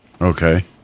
Okay